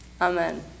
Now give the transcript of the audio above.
Amen